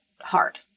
hard